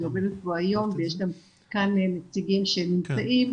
עובדת בו היום ויש כאן גם נציגים שנמצאים,